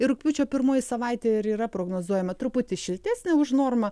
ir rugpjūčio pirmoji savaitė ir yra prognozuojama truputį šiltesnė už normą